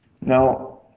Now